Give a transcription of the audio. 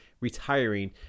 retiring